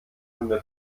kunde